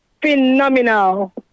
Phenomenal